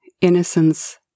Innocence